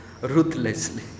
ruthlessly